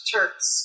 Turks